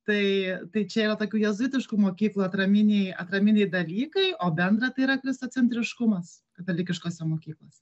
tai tai čia yra tokių jėzuitiškų mokyklų atraminiai atraminiai dalykai o bendra tai yra kristacentriškumas katalikiškose mokyklose